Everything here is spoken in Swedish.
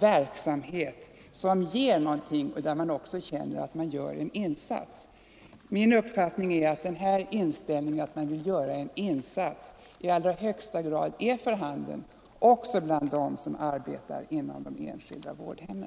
verksamhet, vilken ger något och i vilken man känner att man gör en insats. Enligt min uppfattning är den inställningen att man skall göra en insats i allra högsta grad för handen också bland dem som arbetar på de enskilda vårdhemmen.